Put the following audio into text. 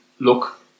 Look